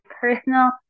personal